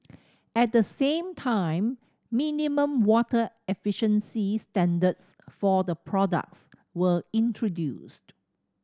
at the same time minimum water efficiency standards for the products were introduced